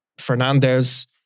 Fernandez